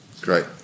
Great